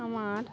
আমার